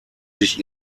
sich